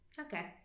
Okay